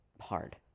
hard